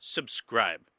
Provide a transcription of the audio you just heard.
Subscribe